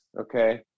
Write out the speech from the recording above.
okay